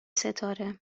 ستاره